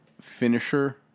finisher